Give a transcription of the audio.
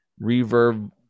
reverb